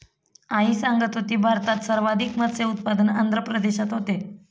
आई सांगत होती, भारतात सर्वाधिक मत्स्य उत्पादन आंध्र प्रदेशात होते